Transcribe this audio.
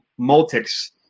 Multics